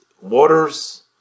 waters